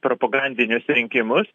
propagandinius rinkimus